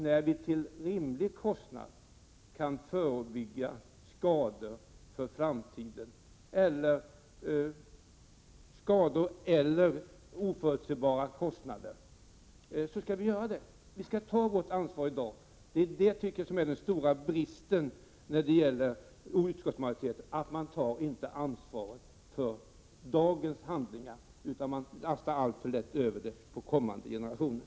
När vi till rimlig kostnad kan förebygga skada i framtiden eller undvika oförutsebara kostnader, då måste det vara varje ansvarsfull politikers uppgift att se till att vi gör det. Vi skall ta vårt ansvar i dag. Det är den stora brist som utskottsmajoriteten visar — man tar inte ansvar för dagens handlingar utan man lastar alltför lätt över ansvaret på kommande generationer.